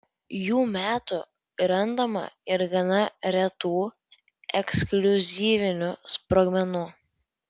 jų metu randama ir gana retų ekskliuzyvinių sprogmenų